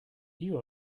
you